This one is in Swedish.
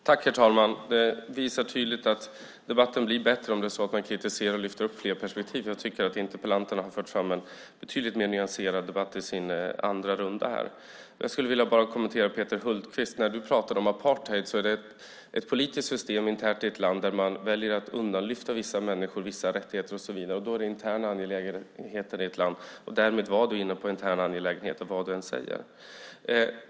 Herr talman! Det är tydligt att debatten blir bättre om man kritiserar och lyfter fram flera perspektiv. Jag tycker att interpellanterna har fört en betydligt mer nyanserad debatt i sin andra runda. Jag skulle bara vilja kommentera Peter Hultqvists tal om apartheid. Det är ett politiskt system, internt i ett land där man väljer att lyfta undan vissa människor, vissa rättigheter och så vidare. Då är det en intern angelägenhet i ett land, och därmed var du inne på interna angelägenheter vad du än säger.